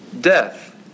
death